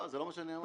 זה לא מה שאני אומר.